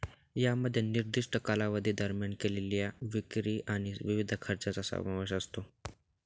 यामध्ये निर्दिष्ट कालावधी दरम्यान केलेल्या विक्री आणि विविध खर्चांचा समावेश असतो